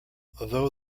though